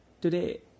today